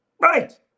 Right